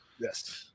yes